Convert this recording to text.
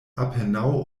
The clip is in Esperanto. apenaŭ